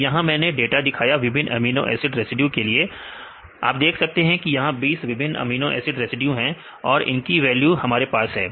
तो यहां मैंने डाटा दिखाया विभिन्न अमीनो एसिड रेसिड्यू के लिए आप देख सकते हैं कि यह 20 विभिन्न अमीनो एसिड रेसिड्यू हैं और इनकी वैल्यू हमारे पास है